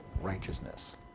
righteousness